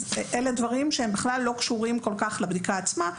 אלה דברים שבכלל לא קשורים לבדיקה עצמה,